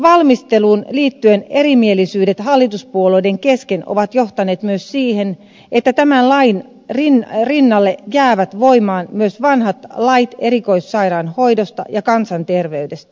lainvalmisteluun liittyen erimielisyydet hallituspuolueiden kesken ovat johtaneet myös siihen että tämän lain rinnalle jäävät voimaan myös vanhat lait erikoissairaanhoidosta ja kansanterveydestä